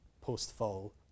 post-fall